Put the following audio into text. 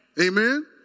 amen